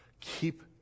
Keep